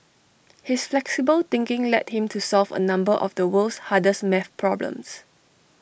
his flexible thinking led him to solve A number of the world's hardest math problems